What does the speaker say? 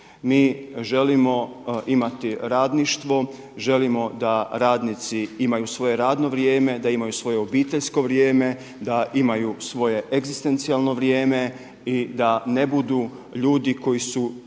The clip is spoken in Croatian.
Mi želimo imati radništvo, želimo da radnici imaju svoje radno vrijeme, da imaju svoje obiteljsko vrijeme, da imaju svoje egzistencijalno vrijeme i da ne budu ljudi koji su